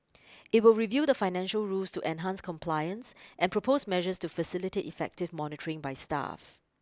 it will review the financial rules to enhance compliance and propose measures to facilitate effective monitoring by staff